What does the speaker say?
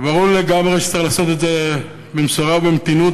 וברור לגמרי שצריך לעשות את זה במשורה ובמתינות,